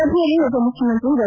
ಸಭೆಯಲ್ಲಿ ಉಪಮುಖ್ಯಮಂತ್ರಿ ಡಾ